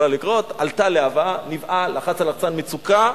עלתה להבה, נבהל, לחץ על לחצן מצוקה.